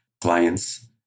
clients